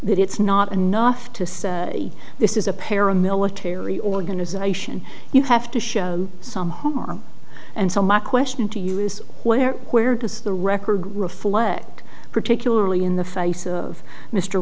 that it's not enough to say this is a paramilitary organization you have to show some harm and so my question to you is where where does the record reflect particularly in the face of mr